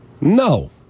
No